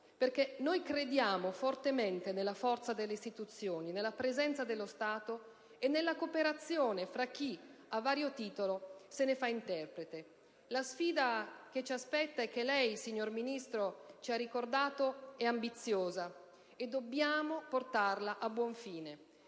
infatti, crediamo fortemente nella forza delle istituzioni, nella presenza dello Stato e nella cooperazione fra chi, a vario titolo, se ne fa interprete. La sfida che ci aspetta, e che lei, signor Ministro, ci ha ricordato, è ambiziosa, e dobbiamo portarla a buon fine.